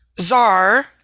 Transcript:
Czar